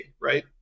right